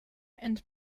and